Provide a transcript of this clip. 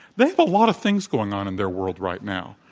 they have a lot of things going on in their world right now.